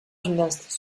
gymnastes